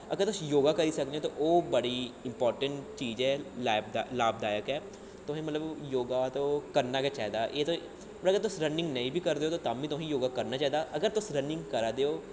अगर तुस योग करी सकने ओ ते ओह् बड़ी इंपार्टैंट चीज़ ऐ लाभदायक ऐ तुसें मतलब योग ते करना गै चाहिदा एह् ते अगर तुस रनिंग नेईं बी करदे ओ तां बी तुसें योग करना चाहिदा अगर तुस रनिंग करा दे ओ